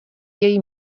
jej